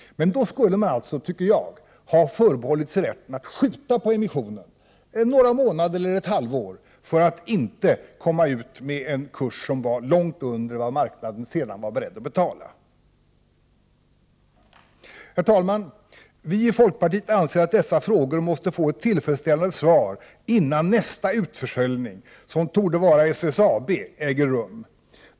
Men enligt min mening skulle man i detta fall ha förbehållit sig rätten att skjuta upp emissionen några månader, kanske ett halvår, för att inte riskera att kursen visar sig ligga långt under vad marknaden sedan är beredd att betala. Herr talman! Vi i folkpartiet anser att dessa frågor måste få ett tillfredsställande svar innan nästa utförsäljning, som torde gälla SSAB, äger rum.